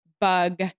Bug